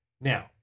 Now